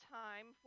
time